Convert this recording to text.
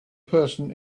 person